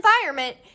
environment